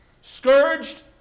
scourged